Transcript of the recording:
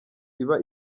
iba